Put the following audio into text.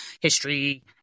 history